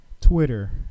twitter